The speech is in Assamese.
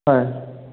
হয়